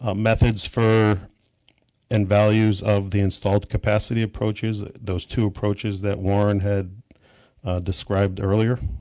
ah methods for and values of the installed capacity approaches, those two approaches that warren had described earlier.